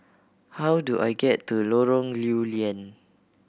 how do I get to Lorong Lew Lian